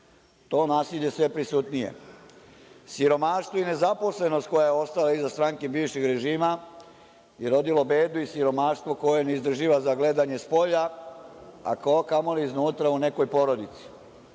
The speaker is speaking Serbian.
To nasilje je sve prisutnije. Siromaštvo i nezaposlenost koja je ostala iza stranke bivšeg režima i rodilo bedu i siromaštvo koje je neizdrživo za gledanje spolja, a kamoli iznutra u nekoj porodici.